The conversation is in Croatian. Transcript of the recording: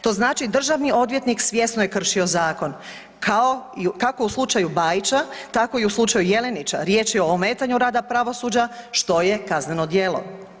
To znači državni odvjetnik svjesno je kršio zakon kao i kako u slučaju Bajića, tako i u slučaju Jelinića riječ je o ometanju rada pravosuđa što je kazneno djelo.